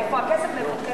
מאיפה הכסף לטפל,